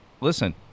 listen